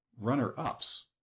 runner-ups